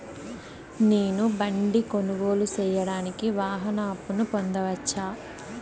నేను బండి కొనుగోలు సేయడానికి వాహన అప్పును పొందవచ్చా?